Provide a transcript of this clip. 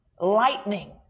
lightning